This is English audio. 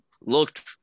looked